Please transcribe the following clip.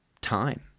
time